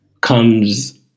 comes